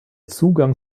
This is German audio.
zugang